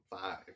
Five